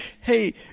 hey